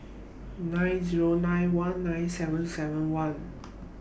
nine Zero nine one nine seven seven one